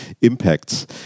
impacts